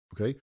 okay